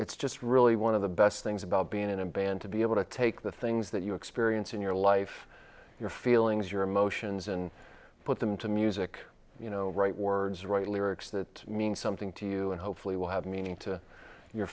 it's just really one of the best things about being in a band to be able to take the things that you experience in your life your feelings your emotions and put them to music you know write words write lyrics that mean something to you and hopefully will have meaning to your